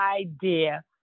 idea